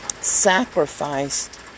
Sacrificed